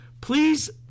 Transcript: please